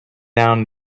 down